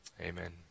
Amen